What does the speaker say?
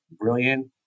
brilliant